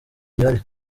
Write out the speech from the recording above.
gihari